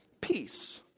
peace